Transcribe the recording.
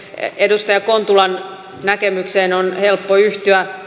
edustaja kontulan näkemykseen on helppo yhtyä